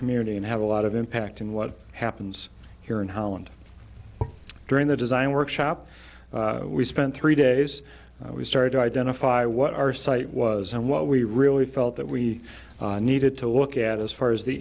community and have a lot of impact on what happens here in holland during the design workshop we spent three days we started to identify what our site was and what we really felt that we needed to look at as far as the